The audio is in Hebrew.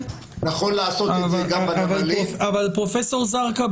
אבל פרופסור זרקא,